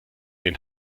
den